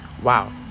Wow